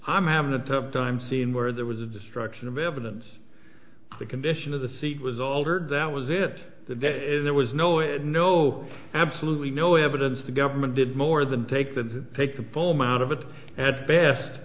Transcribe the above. i'm having a tough time seeing where there was a destruction of evidence the condition of the seat was altered that was it that is there was no it no absolutely no evidence the government did more than take the take the pull me out of it at best